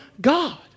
God